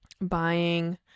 buying